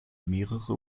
mehrere